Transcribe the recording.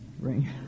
ring